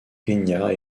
kenya